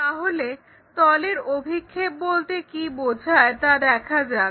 তাহলে তলের অভিক্ষেপ বলতে কী বোঝায় তা দেখা যাক